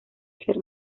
ser